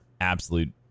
absolute